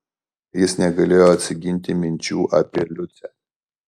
jis negalėjo atsiginti minčių apie liucę